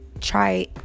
try